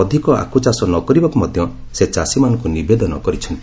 ଅଧିକ ଆଖୁଚାଷ ନ କରିବାକୁ ମଧ୍ୟ ସେ ଚାଷୀମାନଙ୍କ ନିବେଦନ କରିଛନ୍ତି